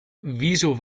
wieso